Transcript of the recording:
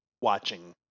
watching